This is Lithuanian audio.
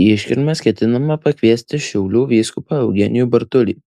į iškilmes ketinama pakviesti šiaulių vyskupą eugenijų bartulį